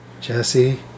Jesse